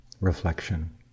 reflection